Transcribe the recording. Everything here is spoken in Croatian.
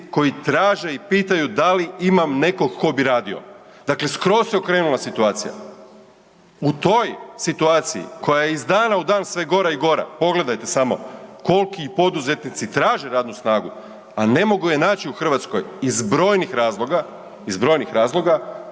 koji traže i pitaju da li imam nekog tko bi radio. Dakle, skroz se okrenula situacija. U toj situaciji koja je iz dana u dan sve gora i gora, pogledajte samo koliki poduzetnici traže radnu snagu, a ne mogu je naći u Hrvatskoj iz brojnih razloga, iz brojnih razloga,